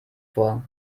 vor